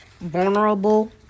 vulnerable